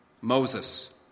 Moses